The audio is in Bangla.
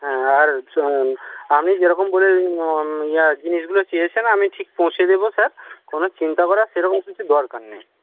হ্যাঁ আর আপনি যে রকম বলে ইয়া জিনিসগুলো চেয়েছেন আমি ঠিক পৌঁছে দেব স্যার কোনো চিন্তা করার সেরকম কিছু দরকার নেই